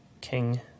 King